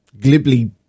glibly